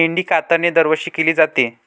मेंढी कातरणे दरवर्षी केली जाते